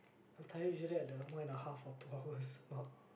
I'm tired usually at the one and a half or two hours mark